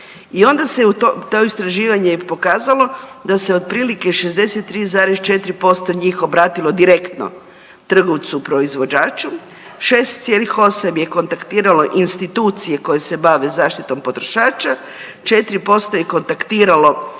I onda to istraživanje je pokazalo da se otprilike 63,4% njih obratilo direktno trgovcu proizvođaču, 6,8 je kontaktiralo institucije koje se bave zaštitom potrošača, 4% je kontaktiralo